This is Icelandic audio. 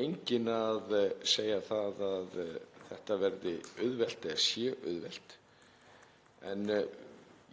enginn að segja að þetta verði auðvelt eða sé auðvelt. En